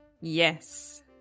Yes